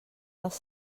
dels